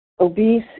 obese